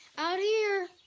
out here.